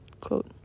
quote